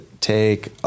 take